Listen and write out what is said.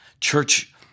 church